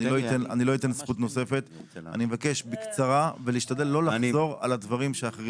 אני מבקש בקצרה ולהשתדל לא לחזור על הדברים שאחרים